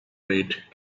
rate